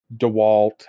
dewalt